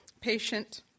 patient